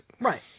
Right